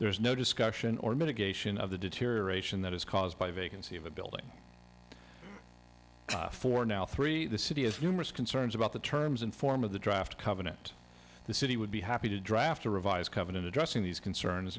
there is no discussion or mitigation of the deterioration that is caused by vacancy of a building for now three the city has numerous concerns about the terms and form of the draft covenant the city would be happy to draft a revised covenant addressing these concerns